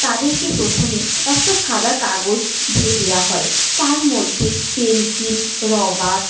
তাদেরকে প্রথমে একটা সাদা কাগজ দিয়ে দেওয়া হয় তার মধ্যে পেনসিল রবাট